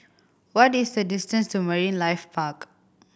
what is the distance to Marine Life Park